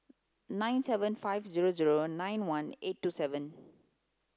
nine five zero zero nine one eight two seven